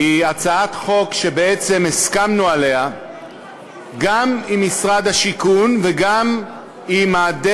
היא הצעת חוק שבעצם הסכמנו עליה גם עם משרד